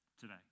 today